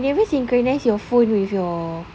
you never synchronise your phone with your